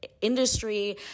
industry